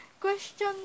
Question